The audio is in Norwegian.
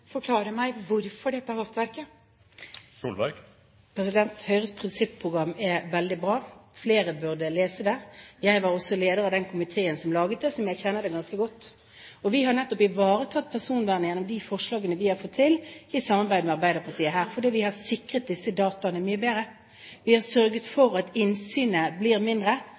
forklare meg: Hvorfor dette hastverket? Høyres prinsipprogram er veldig bra. Flere burde lese det. Jeg var også leder av den komiteen som lagde det, så jeg kjenner det ganske godt. Vi har nettopp ivaretatt personvernet gjennom de forslagene vi har fått til i samarbeid med Arbeiderpartiet, fordi vi har sikret disse dataene mye bedre. Vi har sørget for at innsynet blir mindre,